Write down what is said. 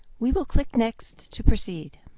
we will click next to proceed.